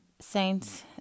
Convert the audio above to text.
Saints